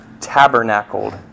tabernacled